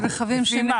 לפי מה,